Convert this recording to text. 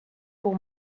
pour